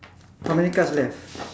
how many cards left